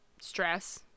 stress